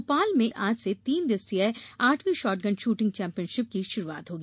भोपाल में आज से तीन दिवसीय आठवीं शॉटगन शूटिंग चैम्पियनशिप की शुरूआत होगी